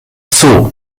zoo